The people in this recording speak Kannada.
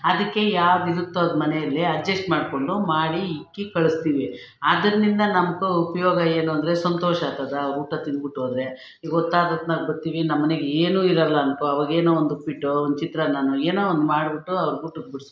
ಅದಕ್ಕೆ ಯಾವುದಿರುತ್ತೋ ಅದು ಮನೆಯಲ್ಲಿ ಅಡ್ಜಸ್ಟ್ ಮಾಡಿಕೊಂಡು ಮಾಡಿ ಇಕ್ಕಿ ಕಳಿಸ್ತೀವಿ ಅದರಿಂದ ನಮ್ಗೂ ಉಪಯೋಗ ಏನು ಅಂದರೆ ಸಂತೋಷ ಆಗ್ತದೆ ಊಟ ತಿಂದ್ಬುಟ್ಟು ಹೋದ್ರೆ ಈಗ ಹೊತ್ತಾದೊತ್ನಾಗ ಬರ್ತೀವಿ ನಮ್ಮಮನೇಲ್ಲಿ ಏನು ಇರಲ್ಲ ಅನ್ಕೊ ಅವಾಗೇನೋ ಒಂದು ಉಪ್ಪಿಟ್ಟೋ ಒಂದು ಚಿತ್ರಾನ್ನ ಏನೋ ಒಂದು ಮಾಡಿಬಿಟ್ಟು ಅವ್ರಿಗೆ ಊಟಕ್ಕೆ ಬಡಿಸ್ಬಿಟ್ಟು